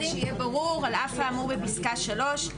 שיהיה ברור: (4) על אף האמור בפסקה (3),